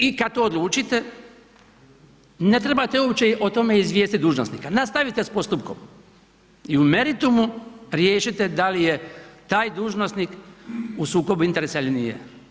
I kada to odlučite ne treba uopće o tome izvijestiti dužnosnika, nastavite s postupkom i u meritumu riješite da li je taj dužnosnik u sukobu interesa ili nije.